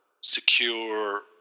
secure